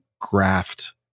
graft